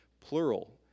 plural